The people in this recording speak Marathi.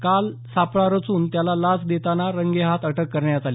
काल सापळा रचून त्याला लाच देताना रंगेहाथ अटक करण्यात आली